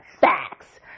facts